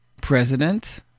president